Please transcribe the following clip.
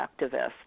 activists